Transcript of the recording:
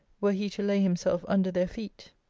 were he to lay himself under their feet.